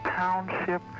township